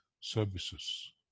services